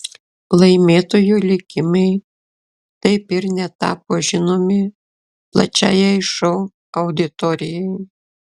laimėtojų likimai taip ir netapo žinomi plačiajai šou auditorijai